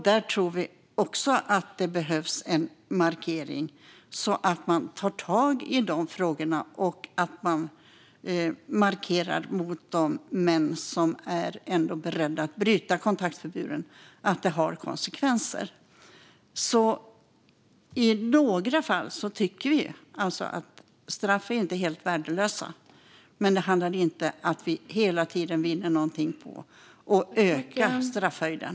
Där tror vi också att det behövs en markering så att man tar tag i de frågorna och markerar mot de män som är beredda att bryta mot kontaktförbuden att det får konsekvenser. I några fall tycker vi alltså att straff inte är helt värdelösa, men vi vinner ingenting på att hela tiden öka straffhöjden.